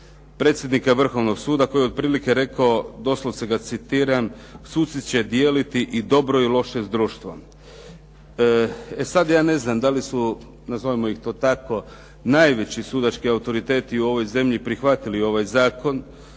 predsjednika Vrhovnoga suda koji je otprilike rekao, doslovce ga citiram, "Suci će dijeliti i dobro i loše s društvom.". E sad ja ne znam da li su, nazovimo ih to tako, najveći sudački autoriteti u ovoj zemlji prihvatili ovaj zakon